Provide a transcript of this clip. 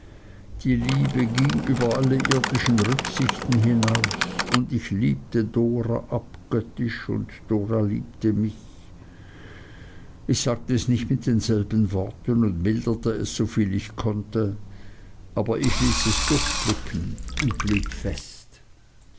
die liebe ging über alle irdischen rücksichten hinaus und ich liebte dora abgöttisch und dora liebte mich ich sagte es nicht mit denselben worten und milderte es soviel ich konnte aber ich ließ es durchblicken und blieb fest